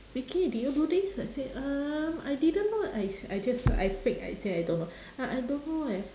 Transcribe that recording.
vicky did you do this I said um I didn't know I s~ I just I fake I say I don't know uh I don't know eh